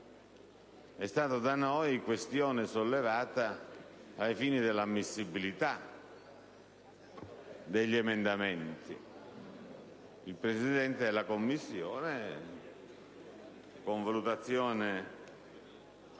questione da noi sollevata ai fini dell'ammissibilità degli emendamenti. Il Presidente della Commissione, con valutazione